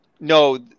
No